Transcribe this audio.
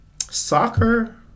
soccer